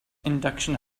induction